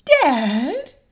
dad